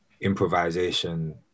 improvisation